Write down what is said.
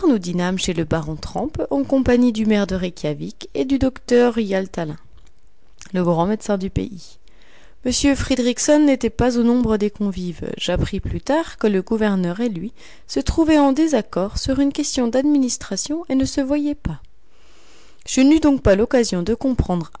chez le baron trampe en compagnie du maire de reykjawik et du docteur hyaltalin le grand médecin du pays m fridriksson n'était pas au nombre des convives j'appris plus tard que le gouverneur et lui se trouvaient en désaccord sur une question d'administration et ne se voyaient pas je n'eus donc pas l'occasion de comprendre